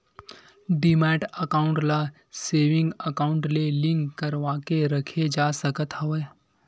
demat account ल saving account ले link करवाके रखे जा सकत हवय